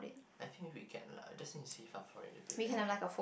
I think recap lah I just want to see how far a little bit lah